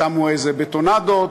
שמו איזה בטונדות,